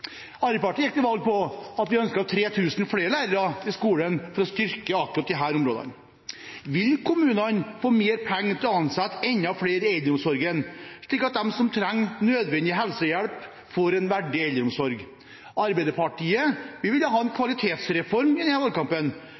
Arbeiderpartiet gikk til valg på at vi ønsket 3 000 flere lærere i skolen for å styrke akkurat disse områdene. Vil kommunene få mer penger til å ansette enda flere i eldreomsorgen, slik at de som trenger nødvendig helsehjelp, får en verdig eldreomsorg? Arbeiderpartiet ville ha en kvalitetsreform i denne valgkampen,